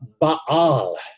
Baal